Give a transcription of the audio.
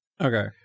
Okay